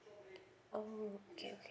okay okay